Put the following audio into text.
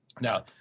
Now